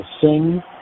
sing